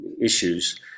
issues